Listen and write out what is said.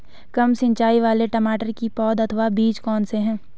कम सिंचाई वाले टमाटर की पौध अथवा बीज कौन से हैं?